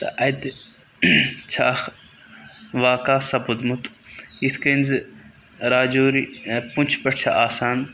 تہٕ اَتہِ چھِ اَکھ واقع سَپدمُت یِتھ کٔنۍ زِ راجوری پونٛچھ پٮ۪ٹھ چھِ آسان